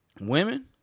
Women